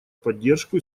поддержку